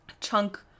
chunk